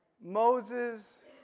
Moses